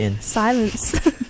Silence